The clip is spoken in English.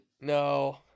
No